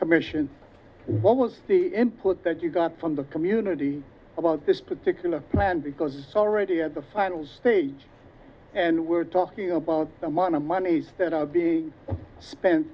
commission what was the input that you got from the community about this particular plan because it's already at the final stage and we're talking about the mind of monies that are being spent